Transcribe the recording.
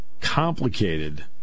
complicated